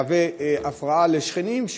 שהם מהווים הפרעה לשכנים,